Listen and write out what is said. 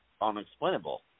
unexplainable